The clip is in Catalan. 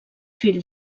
fill